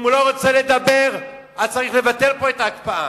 אם הוא לא רוצה לדבר, צריך לבטל את ההקפאה.